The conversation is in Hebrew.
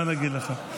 מה אני אגיד לך.